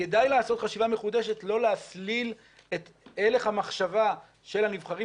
כדאי לעשות חשיבה מחודשת לא להסליל את הלך המחשבה של הנבחרים